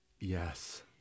Yes